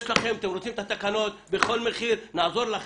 אתם רוצים את התקנות בכל מחיר נעזור לכם.